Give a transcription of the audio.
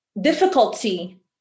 difficulty